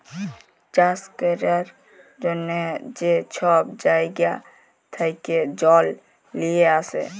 চাষ ক্যরার জ্যনহে যে ছব জাইগা থ্যাকে জল লিঁয়ে আসে